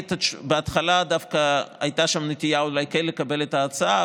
בהתחלה הייתה שם נטייה אולי כן לקבל את ההצעה,